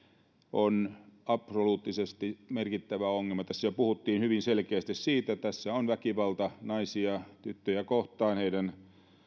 on absoluuttisesti merkittävä ongelma tässä jo puhuttiin hyvin selkeästi siitä että tässä on väkivaltaa naisia tyttöjä kohtaan heidän